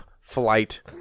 flight